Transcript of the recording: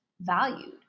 valued